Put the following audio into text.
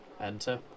Enter